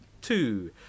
two